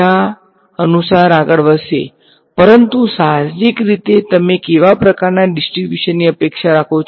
તેઓ એકબીજા અનુસાર આગળ વધશે પરંતુ સાહજિક રીતે તમે કેવા પ્રકારના ડીસ્ટ્રીબ્યુશનની અપેક્ષા કરો છો